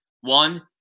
one